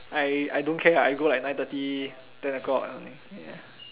I I don't care I go like nine thirty then I go out only ya